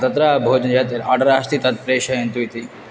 तत्र भोजनं यत् आर्डर् अस्ति तत् प्रेषयन्तु इति